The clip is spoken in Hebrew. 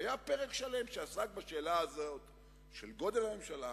היה פרק שלם שעסק בשאלה הזאת של גודל הממשלה,